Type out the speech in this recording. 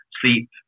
sleep